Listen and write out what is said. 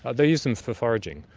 ah they use them for foraging.